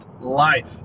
Life